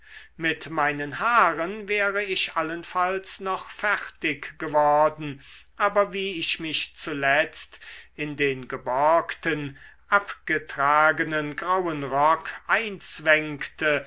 mit meinen haaren wäre ich allenfalls noch fertig geworden aber wie ich mich zuletzt in den geborgten abgetragenen grauen rock einzwängte